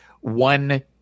one